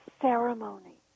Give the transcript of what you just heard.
ceremony